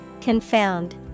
Confound